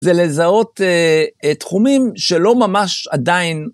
זה לזהות תחומים שלא ממש עדיין...